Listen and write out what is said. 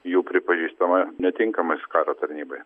jų pripažįstama netinkamais karo tarnybai